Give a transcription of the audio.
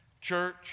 Church